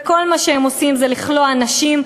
וכל מה שהם עושים זה לכלוא אנשים,